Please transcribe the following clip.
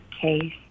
case